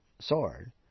sword